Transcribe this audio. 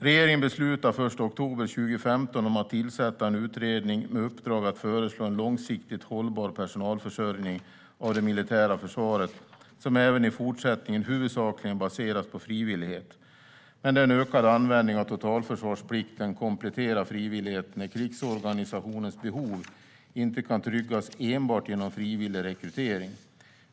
Regeringen beslutade den 1 oktober 2015 om att tillsätta en utredning med uppdrag att föreslå en långsiktigt hållbar personalförsörjning av det militära försvaret som även i fortsättningen huvudsakligen baseras på frivillighet, men där en ökad användning av totalförsvarsplikten kompletterar frivilligheten när krigsorganisationens behov inte kan tryggas enbart genom frivillig rekrytering.